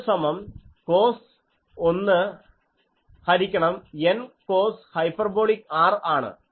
അത് സമം കോസ് 1 ഹരിക്കണം n കോസ് ഹൈപ്പർബോളിക്ക് R ആണ്